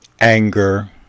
anger